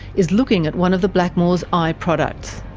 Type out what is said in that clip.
is looking at one of the blackmores eye products.